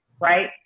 right